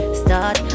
start